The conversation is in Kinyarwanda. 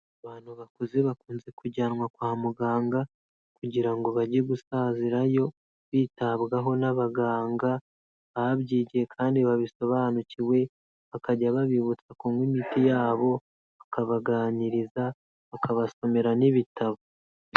Abantu bakuze bakunze kujyanwa kwa muganga, kugira ngo bajye gusazirayo, bitabwaho n'abaganga, ababyigiye kandi babisobanukiwe, bakajya babibutsa kunywa imiti yabo, bakabaganiriza, bakabasomera n'ibitabo.